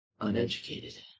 Uneducated